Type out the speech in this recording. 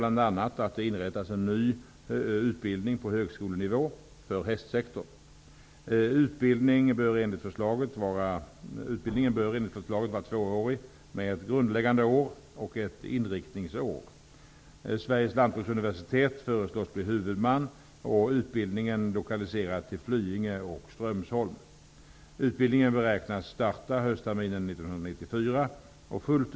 Man föreslår att det inrättas en ny utbildning på högskolenivå för hästsektorns behov av kvalificerade yrkesutövare inom ridsport-, stuterisamt trav och galoppsportomårdena. Förslaget innebär att ungdomar erbjuds ett samordnat utbildningsprogram från gymnasium till högskola.